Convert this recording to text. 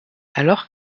alors